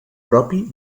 propi